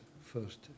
first